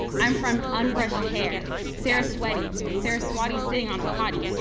i'm from unbrushed hair, sara-sweaty, saraswati sitting on a potty,